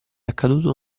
accaduto